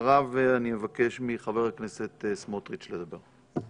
ואחריו אני מבקש מחבר הכנסת סמוטריץ' לדבר.